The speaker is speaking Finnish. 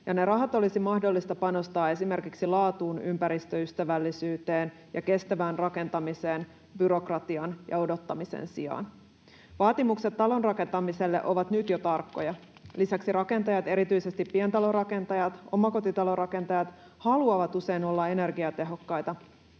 ne rahat olisi mahdollista panostaa esimerkiksi laatuun, ympäristöystävällisyyteen ja kestävään rakentamiseen byrokratian ja odottamisen sijaan. Vaatimukset talonrakentamiselle ovat nyt jo tarkkoja. Lisäksi rakentajat, erityisesti pientalorakentajat, omakotitalorakentajat, haluavat usein olla energiatehokkaita.